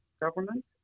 government